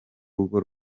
rugo